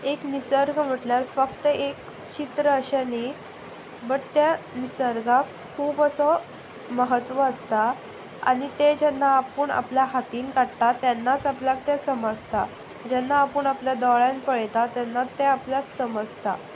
एक निसर्ग म्हटल्यार फक्त एक चित्र अशें न्हय बट त्या निसर्गाक खूब असो महत्व आसता आनी तें जेन्ना आपूण आपल्या हातान काडटा तेन्नाच आपल्याक तें समजता जेन्ना आपूण आपल्या दोळ्यान पळयता तेन्ना तें आपल्याक समजता